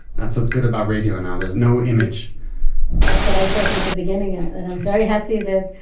that's what's good about radio now there's no image that's what i told you at the beginning, ah that i'm very happy that.